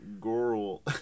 Girl